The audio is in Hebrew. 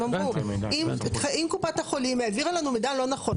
הם אמרו: אם קופת החולים העבירה לנו מידע לא נכון,